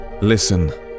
Listen